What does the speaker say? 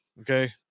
okay